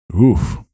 Oof